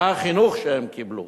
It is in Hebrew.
מה החינוך שהם קיבלו?